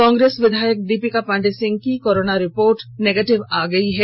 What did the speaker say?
कांग्रेस विधायक दीपिका पांडेय सिंह की corona report negative आयी है